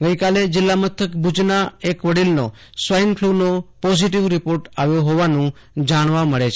ગઈકાલે જિલ્લા મથક ભુજના વડીલનો સ્વાઈન ફેલુનો પોઝિટીવ રિપોર્ટ આવ્યો હોવાનું જાણવા મળે છે